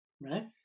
right